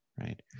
right